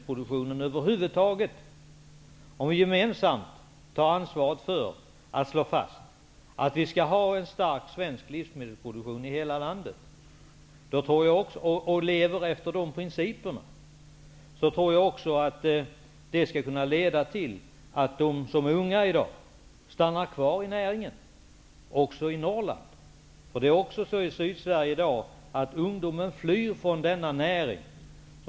Om vi gemensamt tar ansvaret för att slå fast att vi skall ha en stark svensk livsmedelsproduktion i hela landet och lever efter de principerna, så tror jag att det kan leda till att de som är unga i dag stannar kvar i näringen också i Norrland. Även i Sydsverige är det så i dag att ungdomen flyr från denna näring.